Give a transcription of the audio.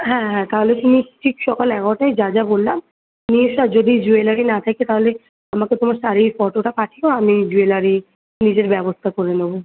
হ্যাঁ হ্যাঁ তাহলে তুমি ঠিক সকাল এগারোটায় যা যা বললাম নিয়ে এসো আর যদি জুয়েলারি না থাকে তাহলে আমাকে তোমার শাড়ির ফটোটা পাঠিও আমি জুয়েলারি নিজের ব্যবস্থা করে নেব